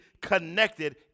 connected